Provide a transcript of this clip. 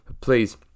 Please